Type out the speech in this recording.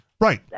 Right